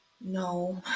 no